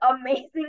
amazing